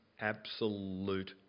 absolute